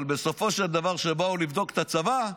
אבל בסופו של דבר כשבאו לבדוק את הצבא,